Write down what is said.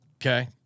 Okay